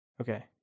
Okay